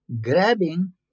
grabbing